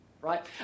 Right